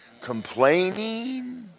complaining